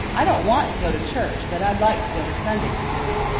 i don't want to go to church, but i'd like to go to sunday school.